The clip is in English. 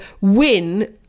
win